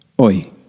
oi